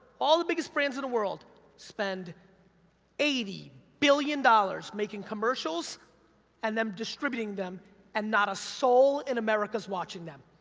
all the bigget brands in the world spend eighty billion dollars making commercials and then distributing them and not a soul in america's watching them.